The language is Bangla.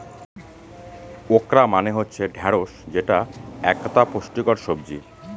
ওকরা মানে হচ্ছে ঢ্যাঁড়স যেটা একতা পুষ্টিকর সবজি